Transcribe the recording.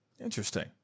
Interesting